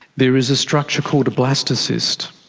there is a structure called a blastocyst.